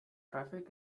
traffic